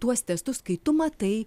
tuos testus kai tu matai